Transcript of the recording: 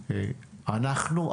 אנחנו,